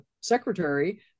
secretary